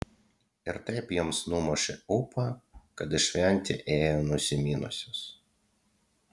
ir taip joms numušė ūpą kad į šventę ėjo nusiminusios